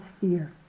fear